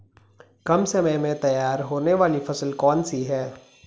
कम समय में तैयार होने वाली फसल कौन सी है?